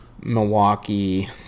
Milwaukee